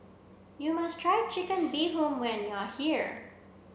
you must try chicken bee hoon when you are here